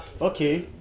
Okay